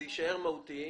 זה יישאר מהותיים.